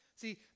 See